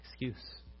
excuse